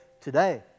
today